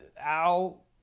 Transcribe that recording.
Al